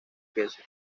queso